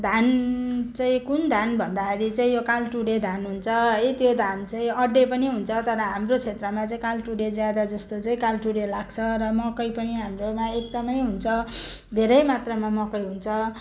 धान चाहिँ कुन धान भन्दाखेरि चाहिँ यो काल्टुढे धान हुन्छ है त्यो धान चाहिँ अड्डे पनि हुन्छ तर हाम्रो क्षेत्रमा चाहिँ काल्टुढे ज्यादा जस्तो चाहिँ काल्टुढे लाग्छ र मकै पनि हाम्रोमा एकदमै हुन्छ धेरै मात्रामा मकै हुन्छ